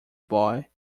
boy